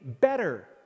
better